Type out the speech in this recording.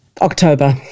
October